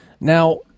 Now